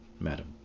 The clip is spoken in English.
Madam